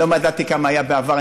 לא מדדתי כמה היה בעבר,